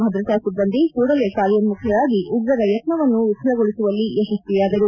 ಭದ್ರತಾ ಸಿಬ್ಬಂದಿ ಕೂಡಲೇ ಕಾರ್ಯೋನ್ಮುಖರಾಗಿ ಉಗ್ರರ ಯತ್ತವನ್ನು ವಿಫಲಗೊಳಿಸುವಲ್ಲಿ ಯಶಸ್ವಿಯಾದರು